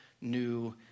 new